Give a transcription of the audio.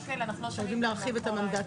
חייבים להרחיב את המנדט בעניין הזה.